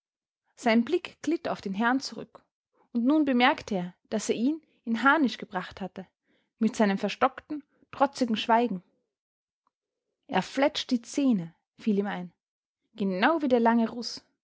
sein blick glitt auf den herrn zurück und nun bemerkte er daß er ihn in harnisch gebracht hatte mit seinem verstockten trotzigen schweigen er fletscht die zähne fiel ihm ein genau wie der lange ruß